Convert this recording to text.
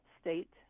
state